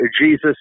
Jesus